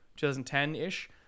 2010-ish